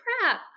crap